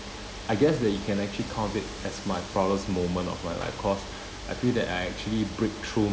I guess that you can actually count it as my proudest moment of my life cause I feel that I actually break through